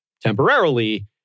Temporarily